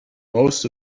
most